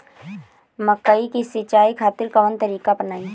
मकई के सिंचाई खातिर कवन तकनीक अपनाई?